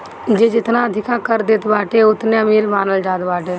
जे जेतना अधिका कर देत बाटे उ ओतने अमीर मानल जात बाटे